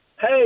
Hey